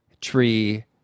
Tree